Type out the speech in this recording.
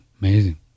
amazing